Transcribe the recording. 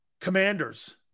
commanders